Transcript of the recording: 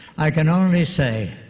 i can only say,